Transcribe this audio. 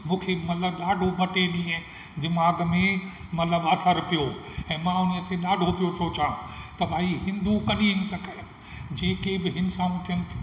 मूंखे मतलबु ॾाढो ॿ टे ॾींहं दिमाग़ में मतलबु असरु पियो ऐं मां हुन ते ॾाढो पियो सोचा त भई हिंदू कॾहिं हिंसक आहिनि जेके बि हिंसाऊं थियनि थियूं